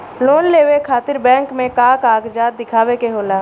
Loan लेवे खातिर bank मे का कागजात दिखावे के होला?